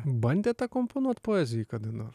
bandėt akomponuot poezijai kada nors